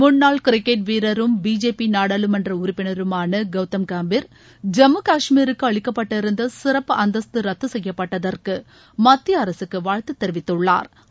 முன்னாள் கிரிக்கெட் வீரரும் பிஜேபி நாடாளுமன்ற உறுப்பினருமான கவுதம் கம்பீர் ஜம்முகஷ்மீருக்கு அளிக்கப்பட்டிருந்த சிறப்பு அந்தஸ்து ரத்து செய்யப்பட்டதற்கு மத்திய அரகக்கு வாழ்த்து தெரிவித்துள்ளாா்